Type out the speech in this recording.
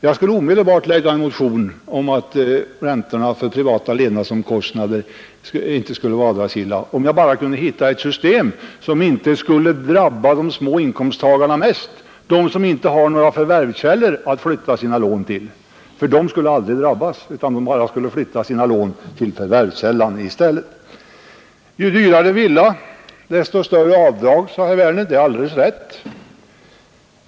Jag skulle omedelbart väcka en motion om att räntorna för privata levnadsomkostnader inte skulle vara avdragsgilla, om jag bara kunde hitta ett system, som inte mest skulle drabba de små inkomsttagarna, de som inte har några förvärvskällor att flytta sina lån till. Ju dyrare villa, desto större avdrag, sade herr Werner. Det är alldeles rätt.